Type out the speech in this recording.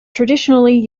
traditionally